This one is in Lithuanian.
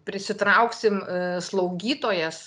prisitrauksim slaugytojas